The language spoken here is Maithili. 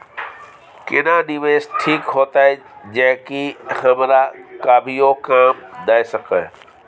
केना निवेश ठीक होते जे की हमरा कभियो काम दय सके?